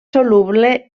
soluble